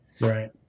Right